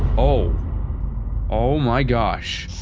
oh oh my gosh